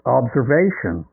observation